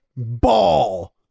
Ball